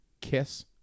Kiss